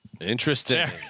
Interesting